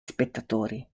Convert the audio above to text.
spettatori